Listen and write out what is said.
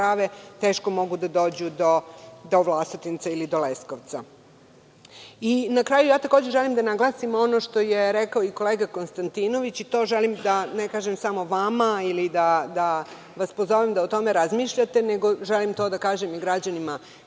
teško mogu da dođu do Vlasotinca ili do Leskovca. Na kraju, želim da naglasim i ono što je rekao kolega Konstantinović i to želim da kažem ne samo vama da o tome razmišljate, nego želim to da kažem i građanima